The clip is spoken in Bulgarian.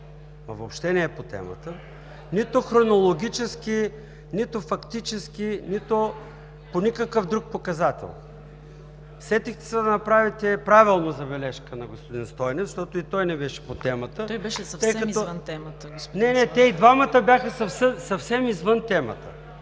въобще не е по темата, нито хронологически, нито фактически, нито по никакъв друг показател. Сетихте се да направите правилно забележка на господин Стойнев, защото и той не беше по темата, … ПРЕДСЕДАТЕЛ ЦВЕТА КАРАЯНЧЕВА: Той беше съвсем извън темата. ЙОРДАН ЦОНЕВ: Не, не, те и двамата бяха съвсем извън темата